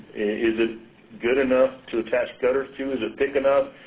is it good enough to attach gutters to? is it thick enough?